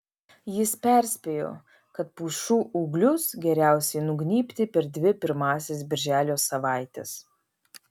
jis perspėjo kad pušų ūglius geriausiai nugnybti per dvi pirmąsias birželio savaites